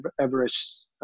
Everest